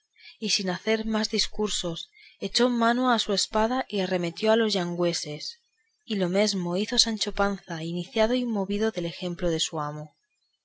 y sin hacer más discursos echó mano a su espada y arremetió a los gallegos y lo mesmo hizo sancho panza incitado y movido del ejemplo de su amo